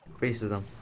Racism